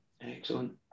Excellent